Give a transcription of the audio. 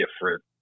different